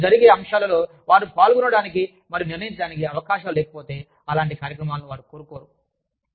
programme జరిగే అంశాలలో వారు పాల్గొనడానికి మరియు నిర్ణయించడానికి అవకాశాలు లేకపోతే అలాంటి కార్యక్రమాలను వారు కోరుకోరు